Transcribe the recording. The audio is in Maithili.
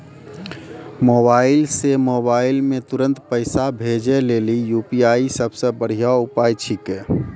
मोबाइल से मोबाइल मे तुरन्त पैसा भेजे लेली यू.पी.आई सबसे बढ़िया उपाय छिकै